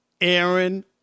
Aaron